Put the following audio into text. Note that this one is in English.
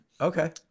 Okay